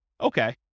Okay